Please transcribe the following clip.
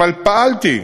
אבל פעלתי,